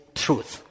truth